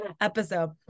episode